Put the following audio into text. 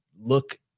look